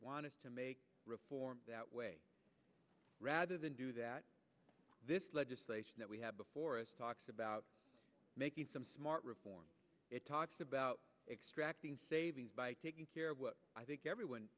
wanted to make reforms that way rather than do that this led to that we have before us talks about making some smart reforms it talks about extracting savings by taking care of what i think everyone